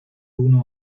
uno